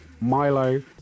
Milo